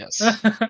yes